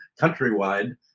countrywide